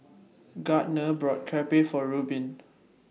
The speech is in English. Gardner bought Crepe For Rubin